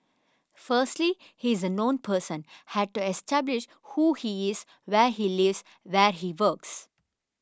firstly he is a known person had to establish who he is where he lives where he works